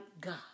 God